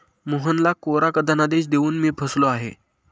मोहनला कोरा धनादेश देऊन मी फसलो आहे